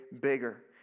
bigger